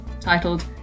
titled